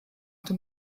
dem